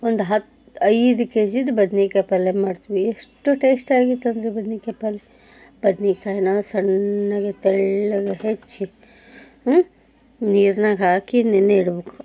ಒಂದು ಹತ್ತು ಐದು ಕೆ ಜಿದು ಬದ್ನೆಕಾಯಿ ಪಲ್ಯ ಮಾಡ್ತೀವಿ ಎಷ್ಟು ಟೇಸ್ಟಿ ಆಗೈತಂದ್ರೆ ಬದ್ನೆಕಾಯಿ ಪಲ್ಯ ಬದ್ನೆಕಾಯನ್ನ ಸಣ್ಣಗೆ ತೆಳ್ಳಗೆ ಹೆಚ್ಚಿ ನೀರ್ನಾಗ ಹಾಕಿ ನೆನೆ ಇಡ್ಬೇಕು